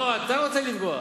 לא, אתה רוצה לפגוע.